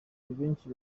benshi